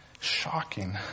Shocking